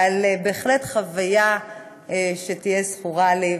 אבל בהחלט זו חוויה שתהיה זכורה לי,